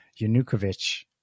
Yanukovych